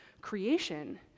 creation